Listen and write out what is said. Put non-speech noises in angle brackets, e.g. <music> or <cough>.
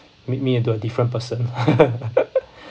make me into a different person <laughs>